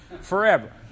forever